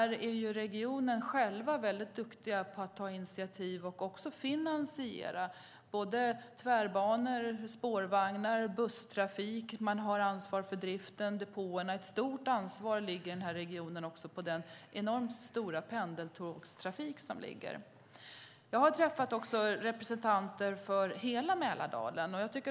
Regionen är själv duktig på att ta initiativ och finansiera tvärbanor, spårvagnar och busstrafik. Man har ansvar för driften och depåerna. Ett stort ansvar ligger också på regionen för den enormt stora pendeltågstrafiken. Jag har träffat representanter för hela Mälardalen.